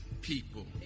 people